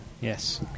yes